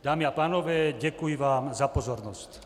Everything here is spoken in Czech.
Dámy a pánové, děkuji vám za pozornost.